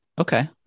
Okay